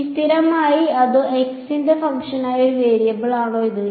ഇത് സ്ഥിരമാണോ അതോ x ന്റെ ഫംഗ്ഷനായി ഒരു വേരിയബിളാണോ ഇത്